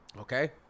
Okay